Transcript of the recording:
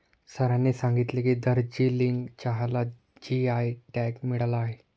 सरांनी सांगितले की, दार्जिलिंग चहाला जी.आय टॅग मिळाला आहे